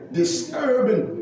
disturbing